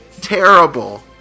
terrible